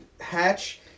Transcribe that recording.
hatch